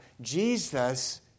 Jesus